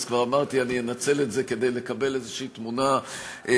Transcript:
אז כבר אמרתי שאנצל את זה כדי לקבל איזו תמונה מלאה,